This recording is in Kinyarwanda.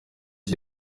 iki